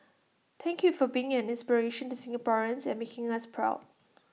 thank you for being an inspiration to Singaporeans and making us proud